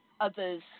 others